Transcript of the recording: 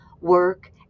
work